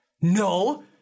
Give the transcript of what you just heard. No